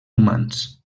humans